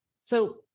so-